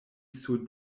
sur